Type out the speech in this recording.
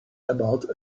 about